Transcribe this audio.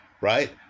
right